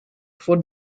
for